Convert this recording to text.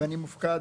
ואני מופקד,